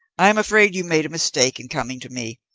i'm afraid you made a mistake in coming to me.